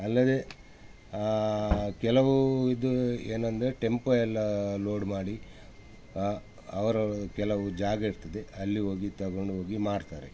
ಅಲ್ಲದೆ ಕೆಲವು ಇದು ಏನಂದರೆ ಟೆಂಪೋ ಎಲ್ಲ ಲೋಡ್ ಮಾಡಿ ಅವರು ಕೆಲವು ಜಾಗ ಇರ್ತದೆ ಅಲ್ಲಿ ಹೋಗಿ ತೊಗೊಂಡೋಗಿ ಮಾರ್ತಾರೆ